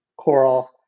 Coral